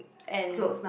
and